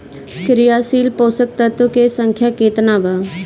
क्रियाशील पोषक तत्व के संख्या कितना बा?